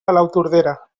palautordera